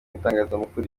itangazamakuru